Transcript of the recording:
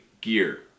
gear